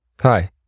hi